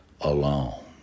alone